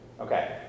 Okay